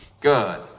Good